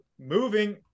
moving